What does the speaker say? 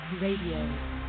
Radio